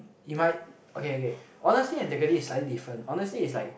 he might okay okay honesty and integrity is slightly different honesty is like